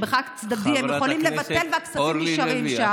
כשחד-צדדית הם יכולים לבטל והכספים נשארים שם,